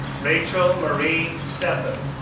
rachel marie steffen,